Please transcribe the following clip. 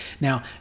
Now